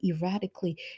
erratically